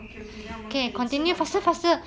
okay okay then 我们可以吃晚餐